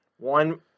One